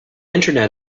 internet